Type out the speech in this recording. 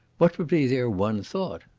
what would be their one thought?